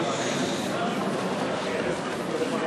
י' בחשוון